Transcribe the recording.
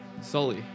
Sully